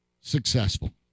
successful